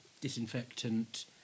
disinfectant